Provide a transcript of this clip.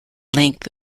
length